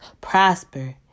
prosper